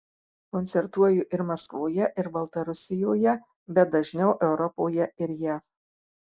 koncertuoju ir maskvoje ir baltarusijoje bet dažniau europoje ir jav